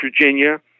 Virginia